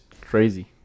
crazy